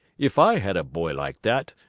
if i had a boy like that,